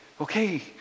okay